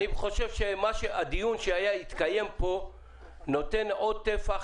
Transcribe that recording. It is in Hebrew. אני חושב שהדיון שהתקיים פה נותן עוד טפח